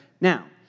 Now